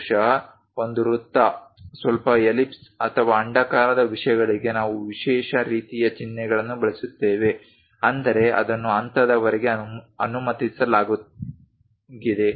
ಬಹುಶಃ ಒಂದು ವೃತ್ತ ಸ್ವಲ್ಪ ಎಲಿಪ್ಸ್ ಅಥವಾ ಅಂಡಾಕಾರದ ವಿಷಯಗಳಿಗೆ ನಾವು ವಿಶೇಷ ರೀತಿಯ ಚಿಹ್ನೆಗಳನ್ನು ಬಳಸುತ್ತೇವೆ ಅಂದರೆ ಅದನ್ನು ಆ ಹಂತದವರೆಗೆ ಅನುಮತಿಸಲಾಗಿದೆ